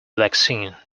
vaccine